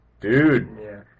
dude